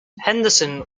henderson